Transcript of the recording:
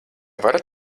varat